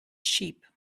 sheep